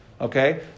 Okay